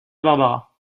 barbara